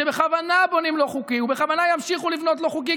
שבכוונה בונים לא חוקי ובכוונה ימשיכו לבנות לא חוקי,